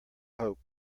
hope